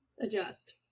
Adjust